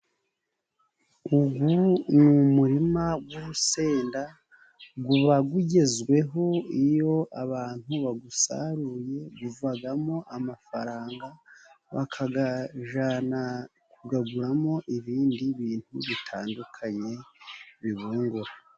Uyu ni umurima w'urusenda, uba ugezweho iyo abantu bawusaruye uvamo amafaranga, bakayajyana kuyaguramo ibindi bintu bitandukanye bibungura.